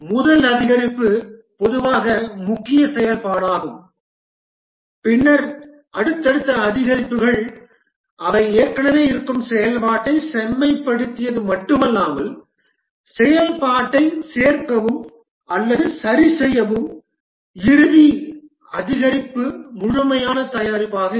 முதல் அதிகரிப்பு பொதுவாக முக்கிய செயல்பாடாகும் பின்னர் அடுத்தடுத்த அதிகரிப்புகள் அவை ஏற்கனவே இருக்கும் செயல்பாட்டைச் செம்மைப்படுத்தியது மட்டுமல்லாமல் செயல்பாட்டைச் சேர்க்கவும் அல்லது சரிசெய்யவும் இறுதி அதிகரிப்பு முழுமையான தயாரிப்பு ஆகும்